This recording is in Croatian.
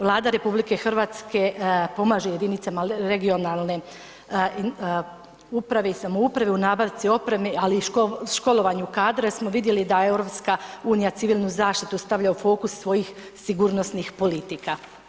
Vlada RH pomaže jedinicama regionalne uprave i samouprave u nabavci opreme, ali i školovanju kadra jer smo vidjeli da EU civilnu zaštitu stavlja u fokus svojih sigurnih politika.